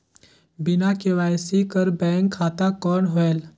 बिना के.वाई.सी कर बैंक खाता कौन होएल?